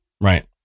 Right